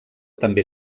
també